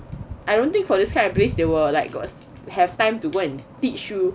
I don't think for this kind of place they will like got have time to go and teach you